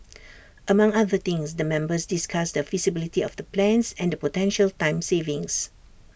among other things the members discussed the feasibility of the plans and the potential time savings